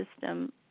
system